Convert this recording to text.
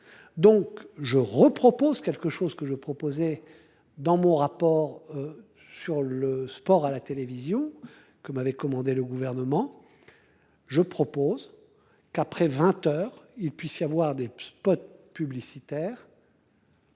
donc je repropose quelque chose que je proposais dans mon rapport. Sur le sport à la télévision que m'avait commandé le gouvernement. Je propose. Qu'après 20h, il puisse y avoir des spots publicitaires.